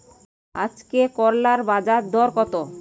আজকে করলার বাজারদর কত?